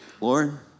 Lord